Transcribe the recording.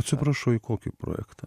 atsiprašau į kokį projektą